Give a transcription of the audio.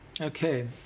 Okay